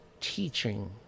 teaching